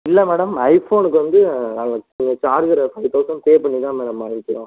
இல்லை மேடம் ஐ ஃபோனுக்கு வந்து நாங்கள் இந்த சார்ஜரை ஃபைவ் தௌசண்ட் பே பண்ணி தான் மேடம் வாங்கிக்கிறோம்